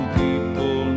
people